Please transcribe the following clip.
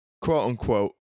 quote-unquote